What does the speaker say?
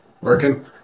Working